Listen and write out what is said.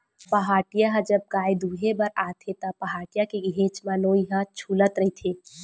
पहाटिया ह जब गाय दुहें बर आथे त, पहाटिया के घेंच म नोई ह छूलत रहिथे